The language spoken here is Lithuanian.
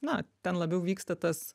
na ten labiau vyksta tas